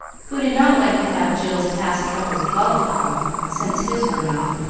who did not like to have jill's past troubles dwelt upon, since his were not.